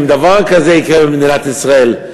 אם דבר כזה יקרה במדינת ישראל,